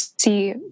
see